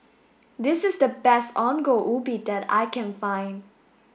this is the best Ongol Ubi that I can find